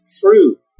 true